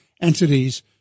entities